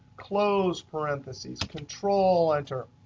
close parentheses, control enter,